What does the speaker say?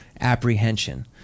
apprehension